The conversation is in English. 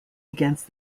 against